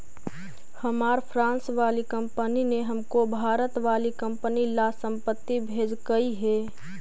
हमार फ्रांस वाली कंपनी ने हमको भारत वाली कंपनी ला संपत्ति भेजकई हे